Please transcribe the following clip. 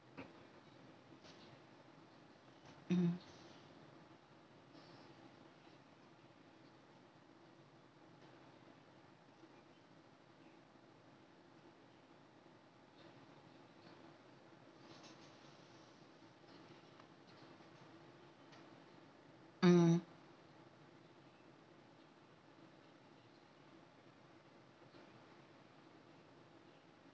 mm mm